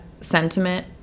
sentiment